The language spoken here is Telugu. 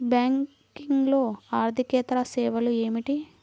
బ్యాంకింగ్లో అర్దికేతర సేవలు ఏమిటీ?